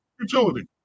Utility